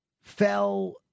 fell